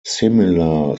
similar